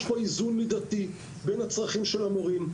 יש פה איזון מידתי בין צורכי המורים,